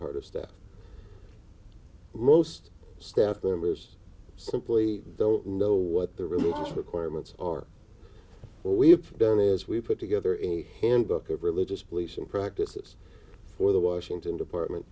part of staff most staff members simply don't know what the religious requirements are what we've done is we've put together a handbook of religious beliefs and practices for the washington department